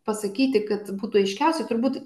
pasakyti kad būtų aiškiausia turbūt